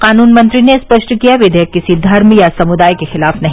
कानून मंत्री ने स्पष्ट किया विधेयक किसी धर्म या समुदाय के खिलाफ नहीं